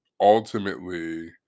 ultimately